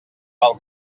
pel